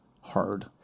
Hard